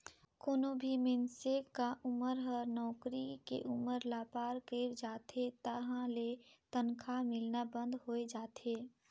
कोनो भी मइनसे क उमर हर नउकरी के उमर ल पार कइर जाथे तहां ले तनखा मिलना बंद होय जाथे